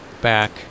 back